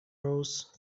rows